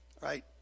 Right